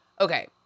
Okay